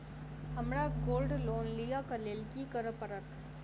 हमरा gold loan लिय केँ लेल की करऽ पड़त?